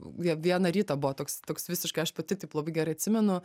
vie vieną rytą buvo toks toks visiškai aš pati taip labai gerai atsimenu